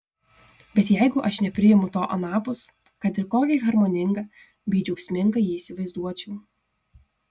bet jeigu aš nepriimu to anapus kad ir kokį harmoningą bei džiaugsmingą jį įsivaizduočiau